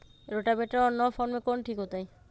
Rotavator और नौ फ़ार में कौन ठीक होतै?